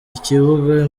ikibuga